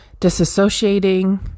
disassociating